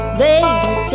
later